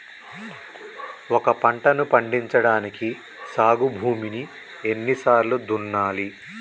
ఒక పంటని పండించడానికి సాగు భూమిని ఎన్ని సార్లు దున్నాలి?